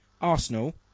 Arsenal